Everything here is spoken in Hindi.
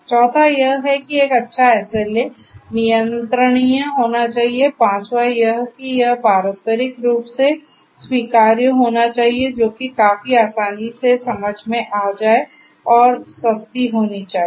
चौथा यह है कि एक अच्छा SLA नियंत्रणीय होना चाहिए पांचवा यह है कि यह पारस्परिक रूप से स्वीकार्य होना चाहिए जो कि काफी आसानी से समझ में आ जाए और सस्ती होनी चाहिए